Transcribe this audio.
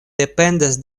dependas